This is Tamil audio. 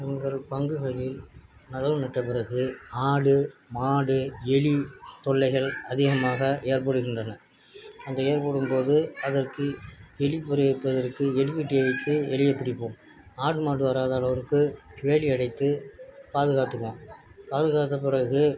உங்கள் பங்குகளில் நடவு நட்ட பிறகு ஆடு மாடு எலி தொல்லைகள் அதிகமாக ஏற்படுகின்றன அந்த ஏற்படும்போது அதற்கு எலி பொறி வைப்பதற்கு எலி கட்டியை வைத்து எலியை பிடிப்போம் ஆடு மாடு வராத அளவிற்கு வேலி அடைத்து பாதுகாத்துக்குவோம் பாதுகாத்த பிறகு